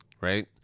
right